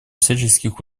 всяческих